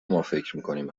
مافکرمیکنیم